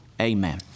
Amen